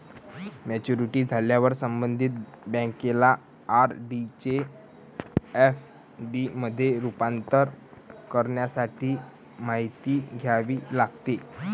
maturity झाल्यावर संबंधित बँकेला आर.डी चे एफ.डी मध्ये रूपांतर करण्यासाठी माहिती द्यावी लागते